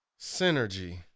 Synergy